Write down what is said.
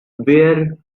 where